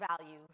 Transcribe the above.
value